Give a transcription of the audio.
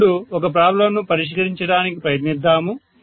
ఇప్పుడు ఒక ప్రాబ్లమ్ ను పరిష్కరించడానికి ప్రయత్నిద్దాము